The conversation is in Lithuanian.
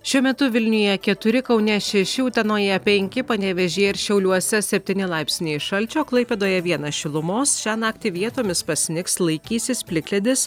šiuo metu vilniuje keturi kaune šeši utenoje penki panevėžyje ir šiauliuose septyni laipsniai šalčio klaipėdoje vienas šilumos šią naktį vietomis pasnigs laikysis plikledis